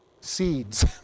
seeds